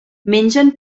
mengen